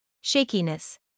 Shakiness